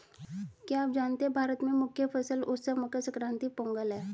क्या आप जानते है भारत में मुख्य फसल उत्सव मकर संक्रांति, पोंगल है?